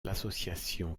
l’association